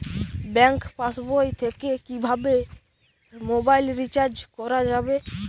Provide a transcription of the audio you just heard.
Bank পাশবই থেকে কিভাবে মোবাইল রিচার্জ করা যাবে?